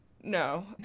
no